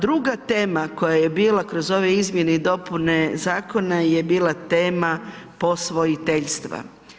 Druga tema koja je bila kroz ove izmjene i dopune zakona je bila tema posvojiteljstva.